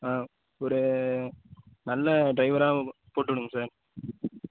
ஒரு நல்ல டிரைவராக போட்டுவிடுங்க சார்